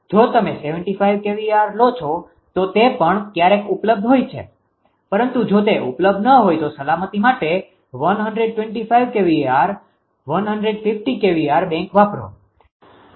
જો તમે 75kVAr લો છો તો તે પણ ક્યારેક ઉપલબ્ધ હોય છે પરંતુ જો તે ઉપલબ્ધ ન હોય તો સલામતી માટે 125kVAr 150kVAr બેંક વાપરો